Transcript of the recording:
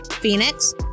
Phoenix